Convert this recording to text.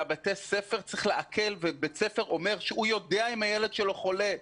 בית ספר אומר שהוא יודע אם הילד שלו חולה.